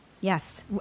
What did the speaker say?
Yes